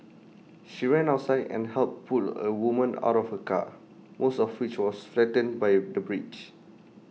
she ran outside and helped pull A woman out of her car most of which was flattened by the bridge